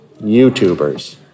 YouTubers